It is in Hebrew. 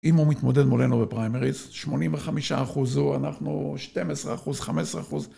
אם הוא מתמודד מולנו בפריימריז, 85% הוא, אנחנו, 12%, 15%.